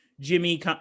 Jimmy